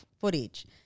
footage